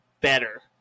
better